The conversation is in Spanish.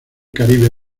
caribe